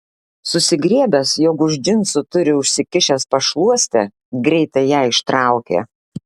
susigriebęs jog už džinsų turi užsikišęs pašluostę greitai ją ištraukė